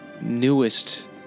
newest